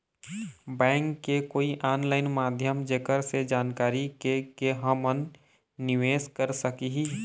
Bank के कोई online माध्यम जेकर से जानकारी के के हमन निवेस कर सकही?